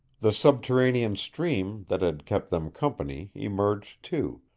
the subterranean stream that had kept them company emerged, too,